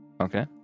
Okay